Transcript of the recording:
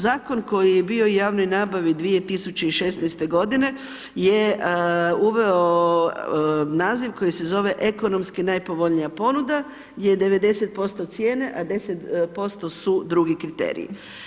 Zakon koji je bio o javnoj nabavi 2016. g. je uveo naziv koji se zove ekonomski najpovoljnija ponuda gdje je 90% cijene a 10% su drugi kriteriji.